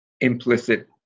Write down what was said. implicit